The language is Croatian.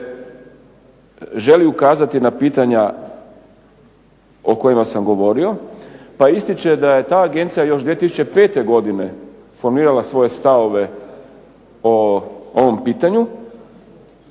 želi ukazati na pitanja o kojima sam govorio pa ističe da je ta agencija još 2005. godine formirala svoje stavove o ovom pitanju